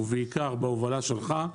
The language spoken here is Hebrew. ובעיקר בהובלה שלך.